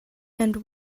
and